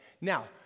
Now